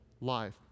life